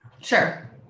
Sure